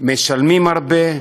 משלמים הרבה.